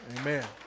Amen